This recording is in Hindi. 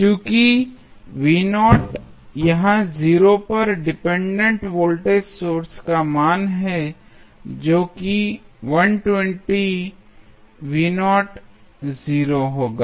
चूँकि यहाँ 0 पर डिपेंडेंट वोल्टेज सोर्स का मान है जो कि 1200 होगा